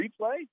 replay